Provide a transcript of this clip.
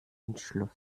entschluss